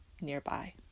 nearby